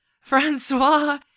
Francois